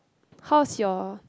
how's your